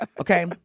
Okay